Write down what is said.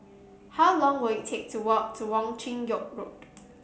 how long will it take to walk to Wong Chin Yoke Road